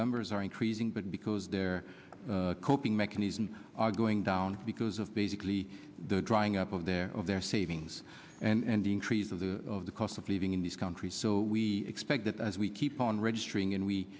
numbers are increasing but because they're coping mechanisms are going down because of basically the drying up of their of their savings and the increase of the of the cost of living in this country so we expect that as we keep on registering and we